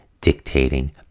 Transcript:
dictating